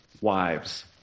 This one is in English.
wives